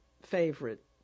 favorite